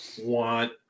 want